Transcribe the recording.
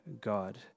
God